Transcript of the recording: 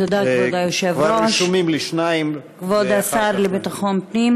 כבר רשומים לי עוד שני שואלים.